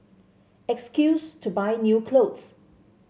excuse to buy new clothes